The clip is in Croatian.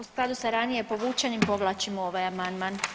U skladu s ranije povučenim povlačimo ovaj amandman.